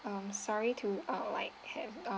um sorry to ah like have ah